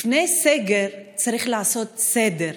לפני סגר צריך לעשות סדר,